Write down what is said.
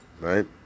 right